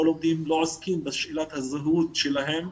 לא עוסקים בשאלת הזהות שלהם,